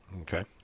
Okay